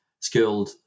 skilled